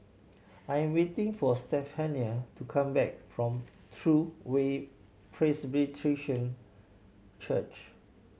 I am waiting for Stephania to come back from True Way Church